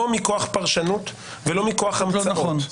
לא מכוח פרשנות ולא מכוח הניצחון.